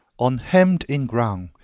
on hemmed-in ground,